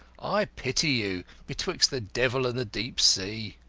i pity you betwixt the devil and the deep sea.